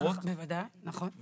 הזנחה, בוודאי, זה נכון.